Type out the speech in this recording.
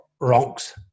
rocks